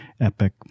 epic